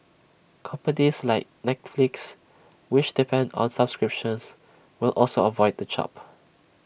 companies like Netflix which depend on subscriptions will also avoid the chop